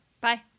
Bye